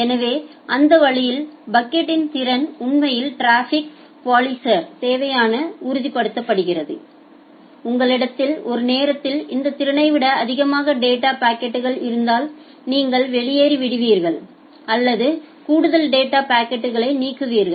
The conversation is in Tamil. எனவே அந்த வழியில் பக்கெட்யின் திறன் உண்மையில் டிராஃபிக் பொலிஸர் தேவையை உறுதிப்படுத்துகிறது உங்களிடத்தில் ஒரு நேரத்தில் இந்த திறனை விட அதிகமாக டேட்டா பாக்கெட்கள் இருந்தால் நீங்கள் வெளியேறிவிடுவீர்கள் அல்லது கூடுதல் டேட்டா பாக்கெட்களை நீக்குவீர்கள்